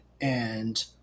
and-